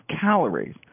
calories